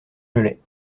gelais